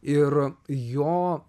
ir jo